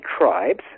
tribes